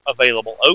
available